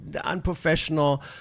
unprofessional